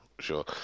Sure